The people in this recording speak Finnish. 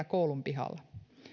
koulun pihalla